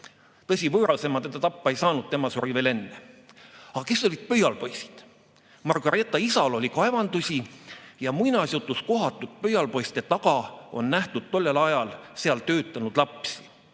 Tõsi, võõrasema teda tappa ei saanud, tema suri veel enne. Aga kes olid pöialpoisid? Margaretha isal oli kaevandusi, ja muinasjutus kohatud pöialpoiste taga on nähtud tollel ajal seal töötanud lapsi.